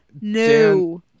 No